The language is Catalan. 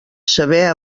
saber